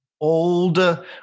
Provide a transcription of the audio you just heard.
old